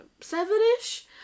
seven-ish